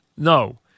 No